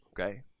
okay